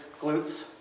glutes